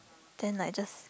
then like just